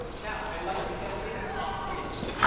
now, i'd like to hand things off to nicky.